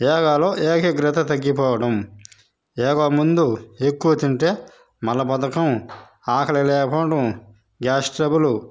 యోగాలో ఏకాగ్రత తగ్గిపోవడం యోగా ముందు ఎక్కువ తింటే మలబద్ధకం ఆకలి లేకపోవడం గ్యాస్ ట్రబులు